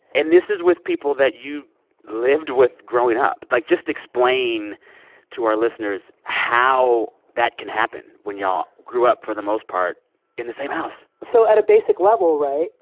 and this is with people that you lived with growing up. like, just explain to our listeners how that can happen when y'all grew up for the most part in the same house so at a basic level right?